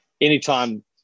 anytime